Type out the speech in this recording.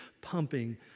pumping